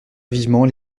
vivement